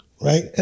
Right